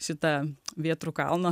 šitą vėtrų kalną